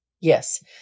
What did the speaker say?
Yes